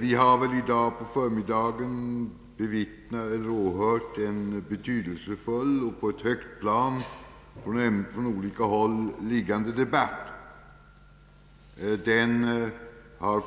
Innan jag ger ordet vidare skulle jag vilja lämna ett meddelande till kammaren. Vi har i dag på förmiddagen åhört en betydelsefull och på ett högt plan liggande debatt. Den har